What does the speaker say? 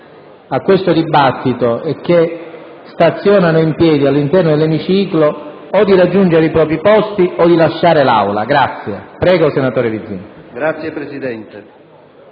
a questo dibattito e che stazionano in piedi all'interno dell'emiciclo a raggiungere i propri posti o a lasciare l'Aula. Prego, senatore Vizzini. VIZZINI *(PdL)*.